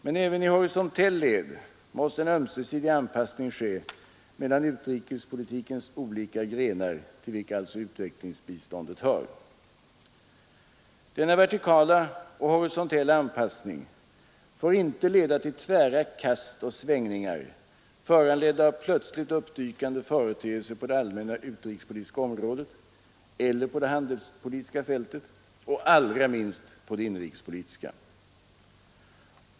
Men även i horisontell led måste en ömsesidig anpassning ske mellan utrikespolitikens olika grenar, till vilka alltså utvecklingsbiståndet hör. Denna vertikala och horisontella anpassning får inte leda till tvära kast och svängningar, föranledda av plötsligt uppdykande företeelser på det allmänna utrikespolitiska området eller på det handelspolitiska fältet — och allra minst på det inrikespolitiska!